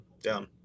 Down